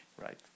right